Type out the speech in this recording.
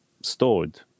stored